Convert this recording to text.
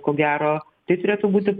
ko gero tai turėtų būti